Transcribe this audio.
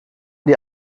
die